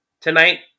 tonight